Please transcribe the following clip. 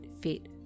fit